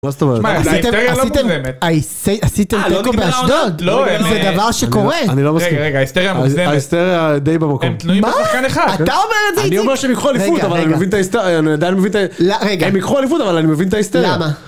מה זאת אומרת? מה עשיתם? עשיתם טוקו באשדוד? זה דבר שקורה? אני לא מסכים. רגע ההיסטריה מוגזמת. ההיסטריה די במקום. מה? הם תלויים בשחקן אחד. אתה אומרת זה איתי! אני אומר שהם יקחו אליפות אבל אני מבין את ההיסטריה. רגע. הם יקחו אליפות אבל אני עדיין מבין את ההיסטריה. למה?